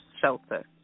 shelter